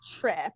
trip